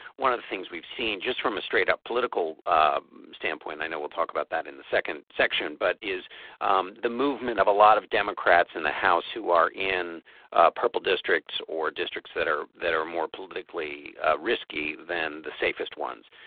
one of the things we've seen just from a straight up political um standpoint i know we'll talk about that in the second section but is um the movement of a lot of democrats in the house who are in ah purple districts or districts that are that are more politically risky than the safest ones.